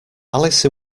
alice